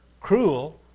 cruel